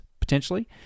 potentially